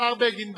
השר בגין,